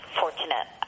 fortunate